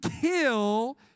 kill